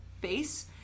face